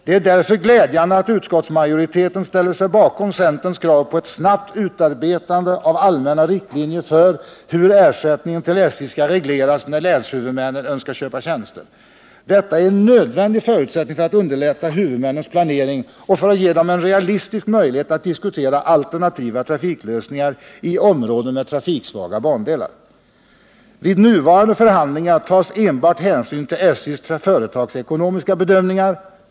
Det är därför glädjande att utskottsmajoriteten ställt sig bakom centerns krav på ett snabbt utarbetande av allmänna riktlinjer för hur ersättningen till SJ skall regleras, när länshuvudmännen önskar köpa tjänster. Detta är en nödvändig förutsättning för att underlätta huvudmännens planering och för att ge dem en realistisk möjlighet att diskutera alternativa trafiklösningar i områden med trafiksvaga bandelar. Vid nuvarande förhandlingar tas enbart hänsyn till SJ:s företagsekonomiska bedömningar.